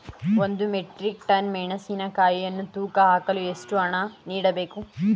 ಒಂದು metric ton ಮೆಣಸಿನಕಾಯಿಯನ್ನು ತೂಕ ಹಾಕಲು ಎಷ್ಟು ಹಣ ನೀಡಬೇಕು?